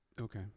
Okay